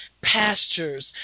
pastures